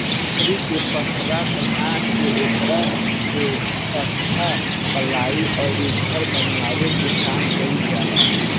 लकड़ी के पटरा बना के ओकरा से तख्ता, पालाइ अउरी घर बनावे के काम कईल जाला